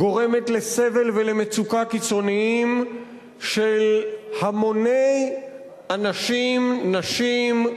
גורמת סבל ומצוקה קיצוניים להמוני אנשים, נשים,